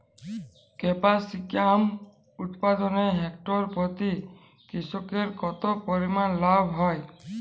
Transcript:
Capsicum উৎপাদনে hectare প্রতি কৃষকের কত পরিমান লাভ হয়?